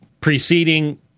preceding